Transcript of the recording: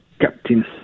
captain